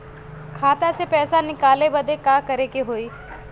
खाता से पैसा निकाले बदे का करे के होई?